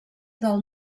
del